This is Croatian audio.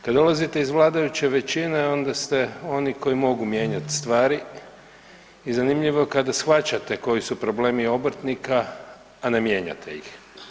Kad dolazite iz vladajuće većine onda ste oni koji mogu mijenjati stvari i zanimljivo kada shvaćate koji su problemi obrtnika, a ne mijenjate ih.